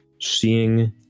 seeing